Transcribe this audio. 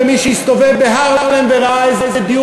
ומי שהסתובב בהארלם וראה איזה דיור